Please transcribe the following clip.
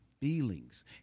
feelings